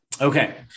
Okay